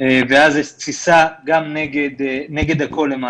ואז התפיסה היא נגד הכול למעשה.